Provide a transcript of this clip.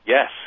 Yes